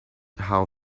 how